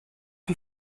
wie